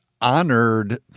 honored